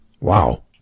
Wow